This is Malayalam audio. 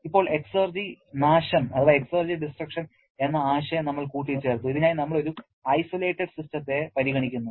ഇപ്പോൾ എക്സെർജി നാശം എന്ന ആശയം നമ്മൾ കൂട്ടിച്ചേർത്തു ഇതിനായി നമ്മൾ ഒരു ഐസൊലേറ്റഡ് സിസ്റ്റത്തെ പരിഗണിക്കുന്നു